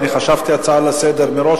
חשבתי שזאת הצעה לסדר-היום,